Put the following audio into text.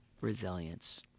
resilience